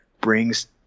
brings